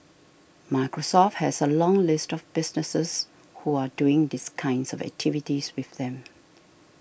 Microsoft has a long list of businesses who are doing these kinds of activities with them